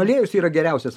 aliejus yra geriausias